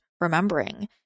remembering